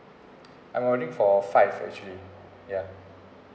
I'm ordering for five actually ya